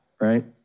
right